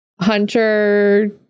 Hunter